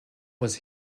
was